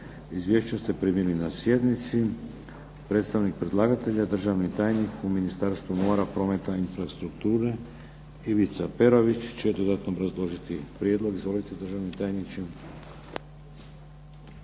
Izvješća ste primili na sjednici. Državni tajnik u Ministarstvu mora, prometa i infrastrukture Ivica Peravić će dodatno obrazložiti prijedlog. Izvolite državni tajniče.